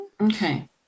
Okay